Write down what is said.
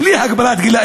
בלי הגבלת גיל,